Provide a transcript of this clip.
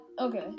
okay